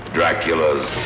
Dracula's